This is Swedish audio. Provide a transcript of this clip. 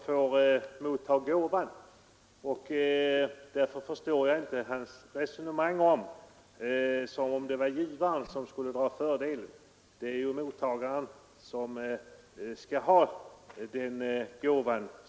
Jag förstår inte hans resonemang om att givaren skulle få någon fördel — det är ju mottagaren som får gåvan.